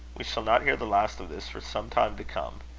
we shall not hear the last of this for some time to come.